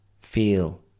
feel